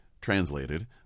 translated